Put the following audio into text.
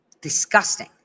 Disgusting